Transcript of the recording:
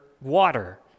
water